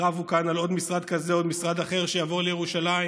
רבו כאן על עוד משרד כזה או משרד אחר שיבוא לירושלים,